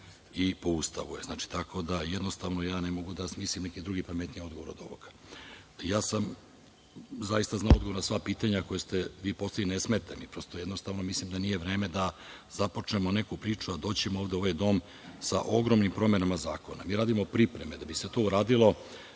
i po Ustavu je. Znači, jednostavno, ja ne mogu da smislim neki drugi pametniji odgovor od ovoga. Ja sam zaista znao odgovor na sva pitanja koja ste vi postavili i ne smeta mi, jednostavno mislim da nije vreme da započnemo neku priču, a doći ćemo ovde u ovaj dom sa ogromnim promenama zakona. Mi radimo pripreme. Da bi se to uradilo,